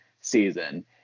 season